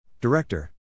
Director